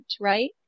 right